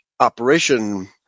operation